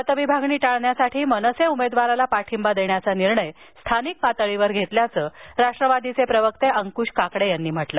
मतविभागणी टाळण्यासाठी मनसे उमेदवाराला पार्ठिंबा देण्याचा निर्णय स्थानिक पातळीवर घेतल्याचं राष्ट्रवादीचे प्रवक्ते अंक्श काकडे यांनी सांगितलं